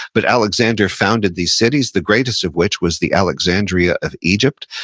but alexander founded the cities, the greatest of which was the alexandria of egypt,